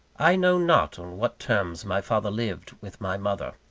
i know not on what terms my father lived with my mother.